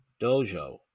dojo